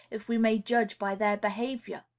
if we may judge by their behavior!